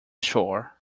shore